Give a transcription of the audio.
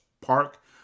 Park